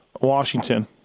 Washington